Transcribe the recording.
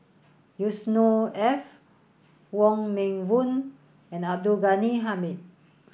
Yusnor Ef Wong Meng Voon and Abdul Ghani Hamid